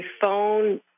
phone